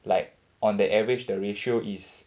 like on the average the ratio is